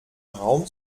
raum